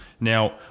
Now